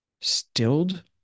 stilled